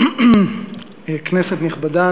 כנסת נכבדה,